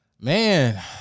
man